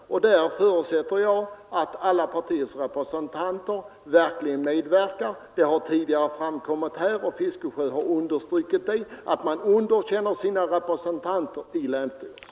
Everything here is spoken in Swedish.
Där förutsätter jag att alla partiers representanter verkligen medverkar. Det har tidigare framkommit här och herr Fiskesjö har understrukit det, att man underkänner sina representanter i länsstyrelsen.